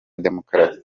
demokrasi